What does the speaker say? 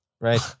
Right